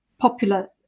popular